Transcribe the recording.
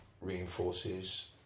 reinforces